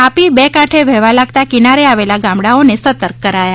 તાપી બે કાંઠે વહેવા લાગતા કિનારે આવેલા ગામડાઓને સતર્ક કરાયા છે